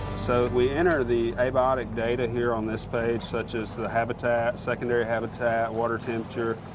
so we enter the abiotic data here on this page, such as the habitat, secondary habitat, water temperature.